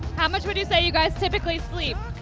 how much would you say you guys typically sleep?